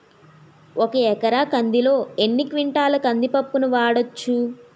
ఒక ఎకర కందిలో ఎన్ని క్వింటాల కంది పప్పును వాడచ్చు?